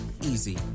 easy